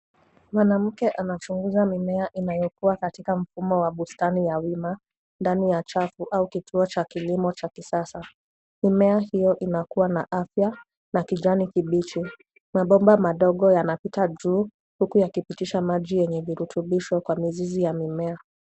Mwanamke anachunguza mimea inayokua katika mfumo ya bustani ya wima ndani ya chafu au kituo cha kilimo cha kisasa. Mimea hiyo inakua na afya na kijani kibichi. Mabomba madogo yanapita juu huku yakipitisha maji yeye virutubisho kwa mizizi ya mimea.